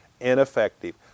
ineffective